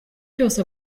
cyose